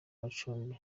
macumbi